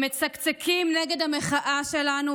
הם מצקצקים נגד המחאה שלנו,